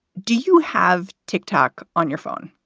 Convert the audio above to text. do you have tic-tac on your phone?